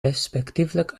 respectievelijk